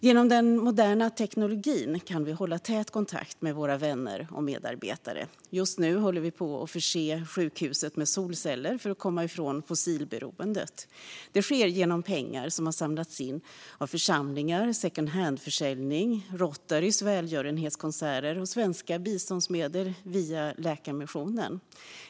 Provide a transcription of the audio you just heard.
Genom den moderna teknologin kan vi hålla tät kontakt med våra vänner och medarbetare. Just nu håller vi på att förse sjukhuset med solceller för att komma ifrån fossilberoendet. Det sker genom pengar som samlats in av församlingar, pengar från secondhandförsäljning och Rotarys välgörenhetskonserter samt svenska biståndsmedel via Läkarmissionen.